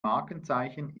markenzeichen